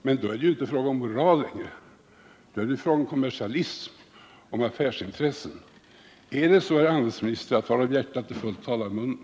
Men då är det ju inte längre fråga om moral utan om kommersialism och affärsintressen. Är det så, herr handelsminister, att varav hjärtat är fullt talar munnen?